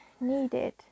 needed